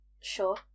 sure